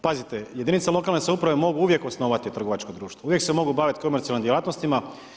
Pazite, jedinice lokalne samouprave mogu uvijek osnovati trgovačko društvo, uvijek se mogu baviti komercijalnim djelatnostima.